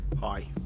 Hi